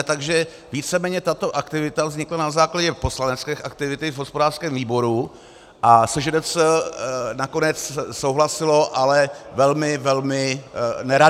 Takže víceméně tato aktivita vznikla na základě poslanecké aktivity v hospodářském výboru a SŽDC nakonec souhlasila, ale velmi, velmi nerada.